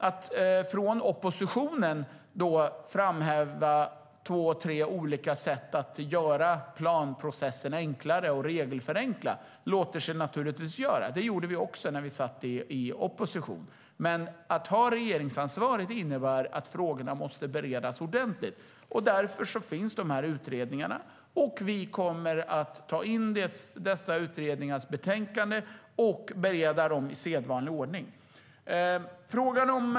Att som oppositionen framhäva två tre olika sätt att göra planprocessen enklare och att regelförenkla låter sig naturligtvis göras. Det gjorde vi också när vi satt i opposition. Men att ha regeringsansvaret innebär att se till att frågor bereds ordentligt, och därför finns dessa utredningar. Vi kommer att ta in utredningarnas betänkanden och bereda dem i sedvanlig ordning.